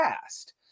past